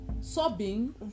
sobbing